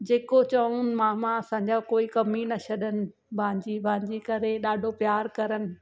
जेको चयऊं मामा असांजा कोई कमी न छॾनि भांजी भांजी करे ॾाढो प्यारु कनि